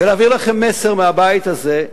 ולהעביר לכם מסר מהבית הזה,